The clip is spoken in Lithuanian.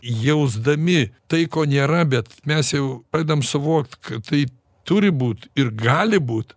jausdami tai ko nėra bet mes jau pradedam suvokt kad tai turi būt ir gali būt